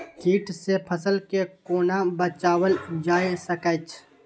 कीट से फसल के कोना बचावल जाय सकैछ?